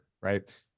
right